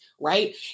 right